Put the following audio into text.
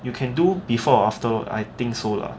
you can do before or after I think so lah